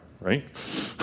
right